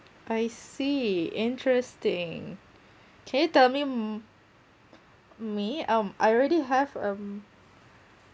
I see interesting can you tell me mm may um I already have um